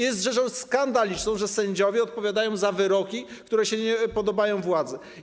Jest rzeczą skandaliczną, że sędziowie odpowiadają za wyroki, które się nie podobają władzy.